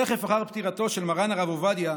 תכף אחר פטירתו של מרן הרב עובדיה,